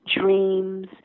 dreams